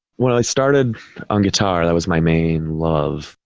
well i started on guitar, that was my main love,